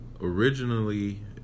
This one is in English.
originally